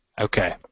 Okay